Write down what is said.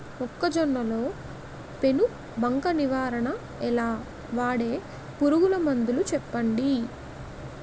మొక్కజొన్న లో పెను బంక నివారణ ఎలా? వాడే పురుగు మందులు చెప్పండి?